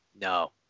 No